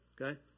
okay